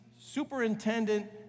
superintendent